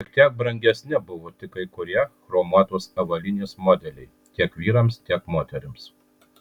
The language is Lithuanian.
šiek tiek brangesni buvo tik kai kurie chromuotos avalynės modeliai tiek vyrams tiek moterims